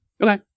Okay